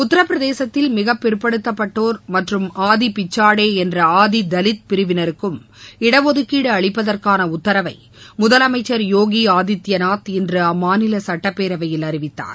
உத்தரபிரதேசத்தில் மிக பிற்படுத்தப்பட்டோர் மற்றும் ஆதிபிச்சாடே என்ற ஆதி தலித் பிரிவினருக்கும் இட ஒதுக்கீடு அளிப்பதற்கான உத்தரவை முதலமைச்சர் யோகி ஆதித்பநாத் இன்று அம்மாநில சுட்டப்பேரவையில் அறிவித்தார்